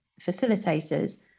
facilitators